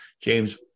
James